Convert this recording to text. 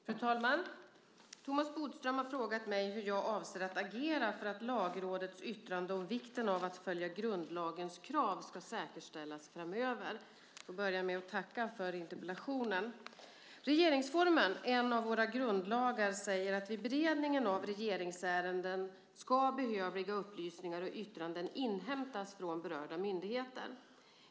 Fru talman! Thomas Bodström har frågat mig hur jag avser att agera för att Lagrådets yttrande om vikten av att följa grundlagens krav ska säkerställas framöver. Jag vill börja med att tacka för interpellationen. Regeringsformen, en av våra grundlagar, säger att vid beredningen av regeringsärenden ska behövliga upplysningar och yttranden inhämtas från berörda myndigheter.